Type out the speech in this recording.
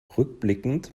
rückblickend